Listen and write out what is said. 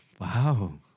Wow